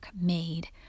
made